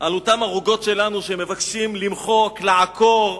על אותן ערוגות שלנו שמבקשים למחוק, לעקור,